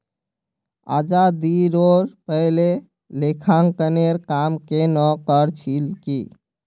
आज़ादीरोर पहले लेखांकनेर काम केन न कर छिल की